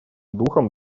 духом